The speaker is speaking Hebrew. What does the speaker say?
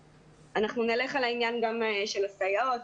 אנחנו נלך גם על העניין של הסייעות,